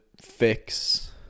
fix